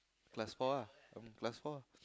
plus four ah plus four